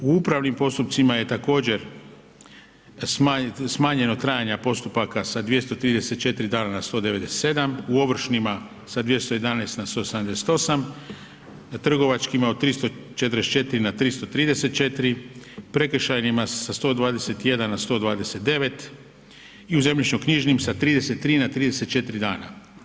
U upravnim postupcima je također smanjeno trajanje postupaka sa 234 dana na 197, u ovršnima sa 211 na 178, na trgovačkima od 344 na 334, prekršajnima sa 121 na 129, i u zemljišno-knjižnim sa 33 na 34 dana.